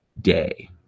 day